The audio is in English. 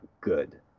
good